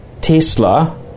Tesla